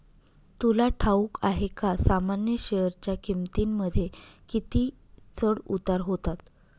तुला ठाऊक आहे का सामान्य शेअरच्या किमतींमध्ये किती चढ उतार होतात